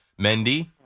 Mendy